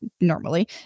normally